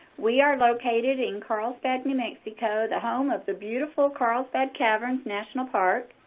we are located in carlsbad, new mexico, the home of the beautiful carlsbad caverns national park.